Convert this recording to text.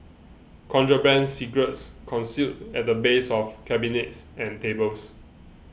contraband cigarettes concealed at the base of cabinets and tables